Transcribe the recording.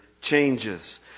changes